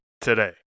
today